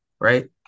right